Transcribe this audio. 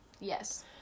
Yes